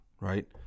Right